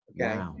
Okay